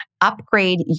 upgrade